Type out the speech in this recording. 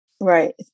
right